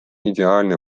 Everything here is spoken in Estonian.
ideaalne